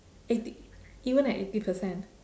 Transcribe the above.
eighty even at eighty percent